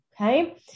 Okay